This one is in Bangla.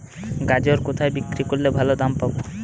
গাজর কোথায় বিক্রি করলে ভালো দাম পাব?